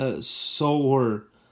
sore